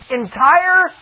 entire